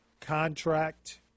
contract